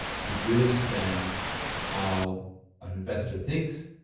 he really understands how an investor thinks.